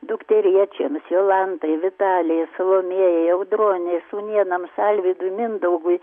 dukterėčiomis jolantai vitalei salomėjai audronei sūnėnams alvydui mindaugui